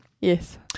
Yes